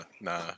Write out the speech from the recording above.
nah